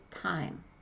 time